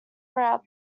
throughout